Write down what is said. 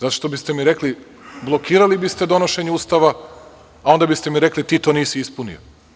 Zato što bi ste mi rekli, blokirali bi ste donošenje Ustava, a onda bi ste mi rekli – ti to nisi ispunio.